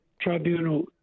tribunal